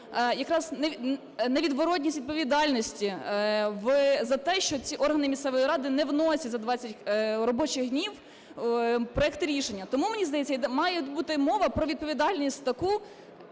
якраз невідворотність відповідальності за те, що ці органи місцевої ради не вносять за 20 робочих днів проекти рішення. Тому, мені здається, має бути мова про відповідальність таку,